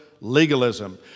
legalism